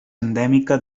endèmica